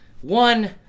one